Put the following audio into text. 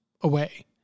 away